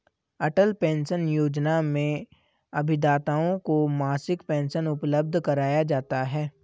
अटल pension योजना में अभिदाताओं को मासिक पेंशन उपलब्ध कराया जाता है